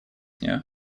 нее